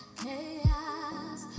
chaos